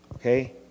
Okay